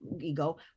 ego